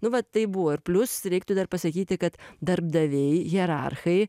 nu va taip buvo ir plius reiktų dar pasakyti kad darbdaviai hierarchai